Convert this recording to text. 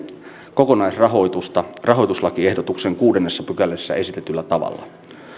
kokonaisrahoitusta rahoituslakiehdotuksen kuudennessa pykälässä esitetyllä tavalla